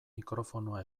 mikrofonoa